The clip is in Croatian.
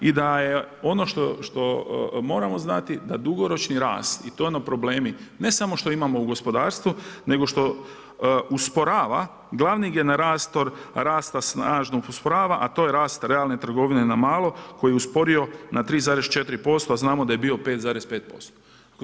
I da jedno što moramo znati, dugoročni rast i to ono problemi, ne samo što imamo u gospodarstvu, nego što usporava glavni generator rasta snažno usporava a to je rast realne trgovine na mala, koji je usporio na 3,4% a znamo a je bio 5,5%